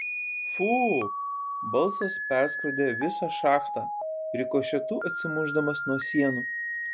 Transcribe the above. fu balsas perskrodė visą šachtą rikošetu atsimušdamas nuo sienų